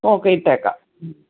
okay ഇട്ടേക്കാം